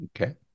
Okay